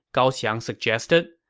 gao xiang suggested.